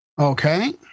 Okay